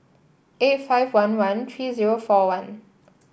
eight five one one three zero four one